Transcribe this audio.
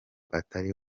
atari